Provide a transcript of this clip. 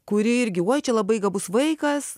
kuri irgi vuoj čia labai gabus vaikas